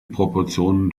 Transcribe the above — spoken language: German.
proportionen